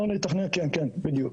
בדיוק.